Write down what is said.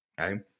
Okay